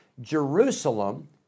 Jerusalem